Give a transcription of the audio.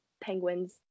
penguins